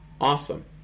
awesome